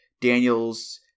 Daniels